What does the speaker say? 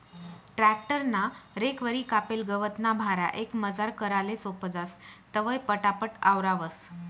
tractor ना रेकवरी कापेल गवतना भारा एकमजार कराले सोपं जास, तवंय पटापट आवरावंस